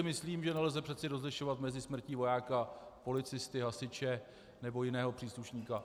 Myslím, že nelze přece rozlišovat mezi smrtí vojáka, policisty, hasiče nebo jiného příslušníka.